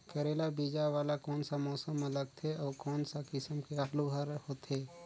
करेला बीजा वाला कोन सा मौसम म लगथे अउ कोन सा किसम के आलू हर होथे?